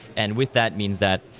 and with that, means that,